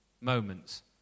moments